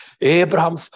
Abraham